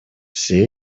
все